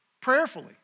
Prayerfully